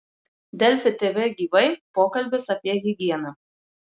delfi tv gyvai pokalbis apie higieną